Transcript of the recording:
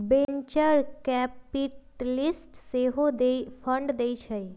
venture capitalist सेहो fund देइ छइ